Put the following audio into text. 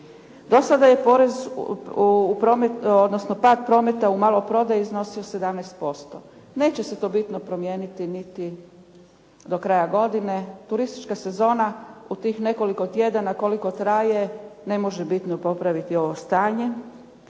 Do sada je pad prometa u maloprodaji iznosio 17%. Neće se to bitno promijeniti niti do kraja godine. Turistička sezona u tih nekoliko tjedana koliko traje ne može bitno popraviti ovo stanje.